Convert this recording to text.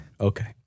Okay